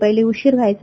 पहिले उशीर व्हायचा